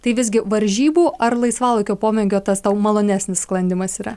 tai visgi varžybų ar laisvalaikio pomėgio tas tau malonesnis sklandymas yra